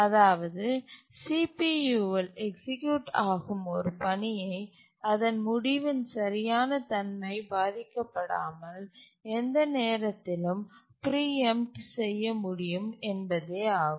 அதாவது CPU இல் execute ஆகும் ஒரு பணியை அதன் முடிவின் சரியான தன்மை பாதிக்கப்படாமல் எந்த நேரத்திலும் பிரீஎம்ட் செய்ய முடியும் என்பதே ஆகும்